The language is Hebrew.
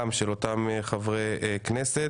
גם של אותם חברי כנסת.